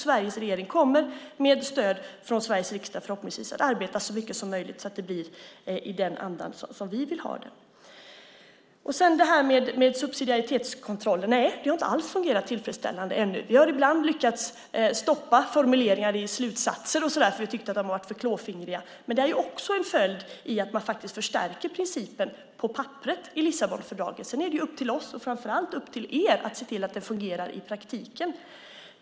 Sveriges regering kommer med stöd från Sveriges riksdag att förhoppningsvis arbeta så mycket som möjligt så att det blir i den anda som vi vill ha det. Subsidiaritetskontrollen har ännu inte fungerat tillfredsställande. Vi har ibland lyckats stoppa formuleringar i slutsatser eftersom vi har tyckt att de har varit för klåfingriga. Det här är en följd av att man förstärker principen på papperet i Lissabonfördraget. Sedan är det upp till oss - framför allt upp till er - att se till att det fungerar i praktiken.